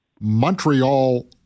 Montreal